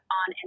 on